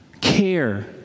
Care